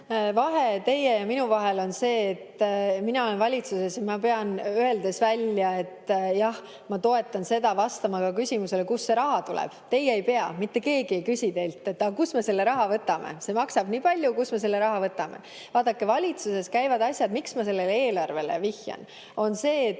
Vahe teie ja minu vahel on see, et mina olen valitsuses ja ma pean, öeldes välja, et jah, ma toetan seda, vastama ka küsimusele, kust see raha tuleb. Teie ei pea. Mitte keegi ei küsi teilt, et aga kust me selle raha võtame, see maksab nii palju ja kust me selle raha võtame. Vaadake, miks ma sellele eelarvele vihjan, on see, et